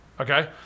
Okay